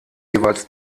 jeweils